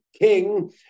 king